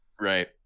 Right